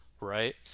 right